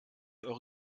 eure